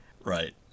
Right